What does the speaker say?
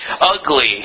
ugly